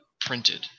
printed